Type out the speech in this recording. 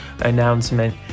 announcement